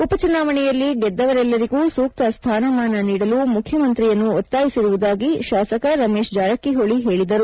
ಉಪ ಚುನಾವಣೆಯಲ್ಲಿ ಗೆದ್ದವರಿಗೆಲ್ಲರಿಗೂ ಸೂಕ್ತ ಸ್ಥಾನಮಾನ ನೀಡಲು ಮುಖ್ಯಮಂತ್ರಿಯನ್ನು ಒತ್ತಾಯಿಸಿರುವುದಾಗಿ ಶಾಸಕ ರಮೇಶ್ ಜಾರಕಿಹೊಳಿ ಹೇಳಿದರು